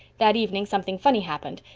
that evening something funny happened.